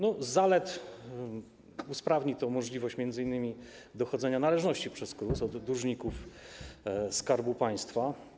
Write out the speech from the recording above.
Co do zalet, to usprawni to możliwość m.in. dochodzenia należności przez KRUS od dłużników Skarbu Państwa.